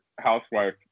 housewife